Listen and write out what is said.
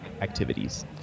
activities